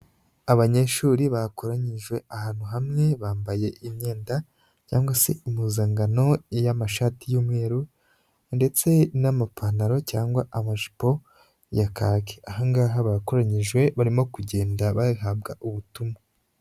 Abanyeshuri bakoranyije ahantu hamwe bambaye imyenda cyangwa se impuzankano y'amashati y'umweru ndetse n'amapantaro cyangwa amajipo ya kaki, aha ngaha bakoranyijwe barimo kugenda bayahabwa ubutumwa.